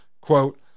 quote